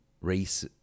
race